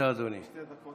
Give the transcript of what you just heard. חמש דקות,